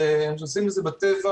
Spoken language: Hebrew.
אנחנו נשמח מאוד לשמוע על כך בהקדם.